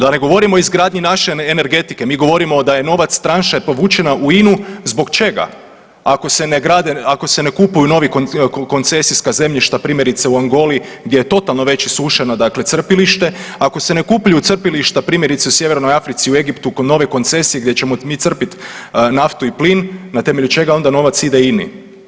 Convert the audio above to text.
Da ne govorim o izgradnji naše energetike, mi govorimo da je novac, tranša je povučena u INU, zbog čega, ako se ne grade, ako se ne kupuju novi koncesijska zemljišta primjerice u Angoli gdje je totalno već isušeno dakle crpilište, ako se ne kupuju crpilišta primjerice u Sjevernoj Africi, u Egiptu nove koncesije gdje ćemo mi crpiti naftu i plin na temelju čega onda novac ide INI.